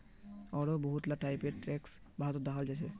आढ़ो बहुत ला टाइपेर टैक्स भारतत दखाल जाछेक